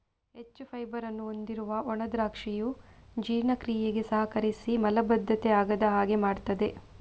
ಹೆಚ್ಚು ಫೈಬರ್ ಅನ್ನು ಹೊಂದಿರುವ ಒಣ ದ್ರಾಕ್ಷಿಯು ಜೀರ್ಣಕ್ರಿಯೆಗೆ ಸಹಕರಿಸಿ ಮಲಬದ್ಧತೆ ಆಗದ ಹಾಗೆ ಮಾಡ್ತದೆ